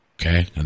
Okay